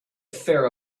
fair